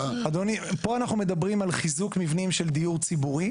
פה אנחנו מדברים על חיזוק מבנים של דיור ציבורי.